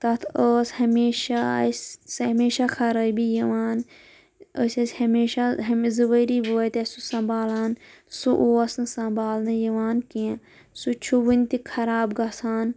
تتھ ٲس ہمیشہ اسہِ ہمیشہ خرٲبی یِوان أسۍ ٲسۍ ہمیشہ ہوٚمہِ زٕ ؤری وٲتۍ اسہِ سُہ سمبھالان سُہ اوس نہٕ سمبھالنہٕ یِوان کیٚنٛہہ سُہ چھُ وُنہِ تہِ خراب گَژھان